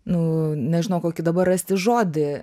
nu nežinau kokį dabar rasti žodį